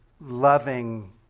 loving